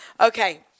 Okay